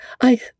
I